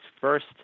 first